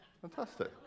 fantastic